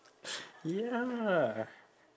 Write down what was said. ya